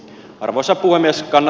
arvoisa puhemies kana